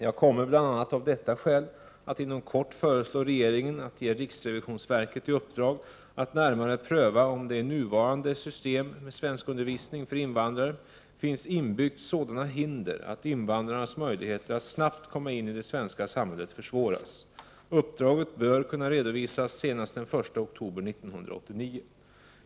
Jag kommer bl.a. av detta skäl att inom kort föreslå regeringen att ge riksrevisionsverket i uppdrag att närmare pröva om det i det nuvarande systemet med svenskundervisning för invandrare finns inbyggt sådana hinder att invandrarnas möjligheter att snabbt komma in i det svenska samhället försvåras. Uppdraget bör kunna redovisas senast den 1 oktober 1989.